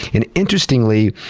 and interestingly,